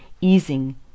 easing